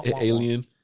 alien